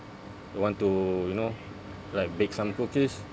you want to you know like bake some cookies